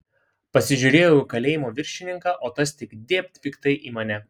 pasižiūrėjau į kalėjimo viršininką o tas tik dėbt piktai į mane